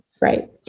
right